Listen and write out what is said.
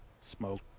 Smoke